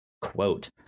quote